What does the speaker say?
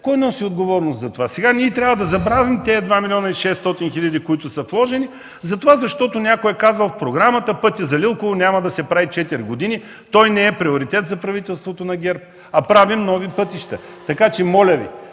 Кой носи отговорност за това?! Сега ние трябва да забравим тези 2 млн. 600 хиляди, които са вложени, защото някой е казал в програмата, че пътят за Лилково няма да се прави четири години, той не е приоритет за правителството на ГЕРБ, а всъщност правим нови пътища. Моля Ви,